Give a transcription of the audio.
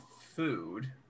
food